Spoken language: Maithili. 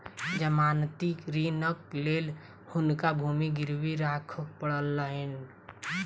जमानती ऋणक लेल हुनका भूमि गिरवी राख पड़लैन